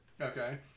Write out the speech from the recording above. Okay